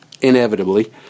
inevitably